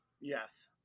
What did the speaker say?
Yes